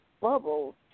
bubbles